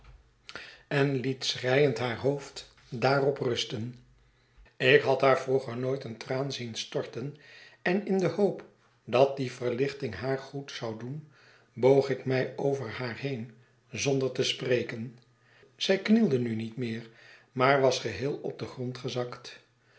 en liet schreiend haar hoofd daarop rusten ik had haar vroeger nooit een traan zien storten en in de hoop dat die verlichting haar goed zou doen boog ik mij over haar heen zonder te spreken zij knielde nu niet meer maar was geheel op den grond gezakt